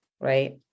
Right